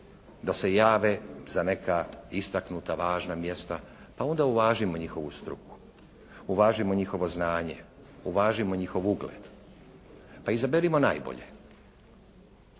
da se jave za neka istaknuta, važna mjesta, pa onda uvažimo njihovu struku. Uvažimo njihovo znanje, uvažimo njihov ugled. Pa izaberimo najbolje.